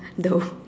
though